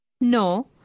No